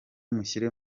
mushyire